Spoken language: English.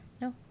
No